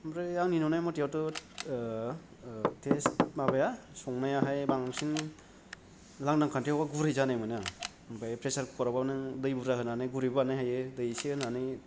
आमफ्राय आंनि नुनाय मथेयावथ' टेष्ट माबाया संनायाहाय बांसिन लांदां खान्थायावबा गुरै जानाय मोनो आं आमफ्राय प्रेसार कुकाराउबा नों दै बुर्जा होनानै गोरैबो बानायनो हायो दै एसे होनानै